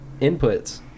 inputs